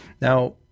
Now